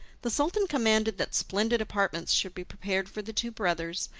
the sultan commanded that splendid apartments should be prepared for the two brothers,